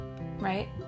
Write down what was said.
right